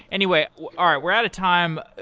anyway all right. we're out of time.